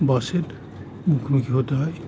বাসের মুখমুখি হতে হয়